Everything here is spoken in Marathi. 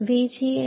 VGS